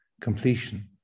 completion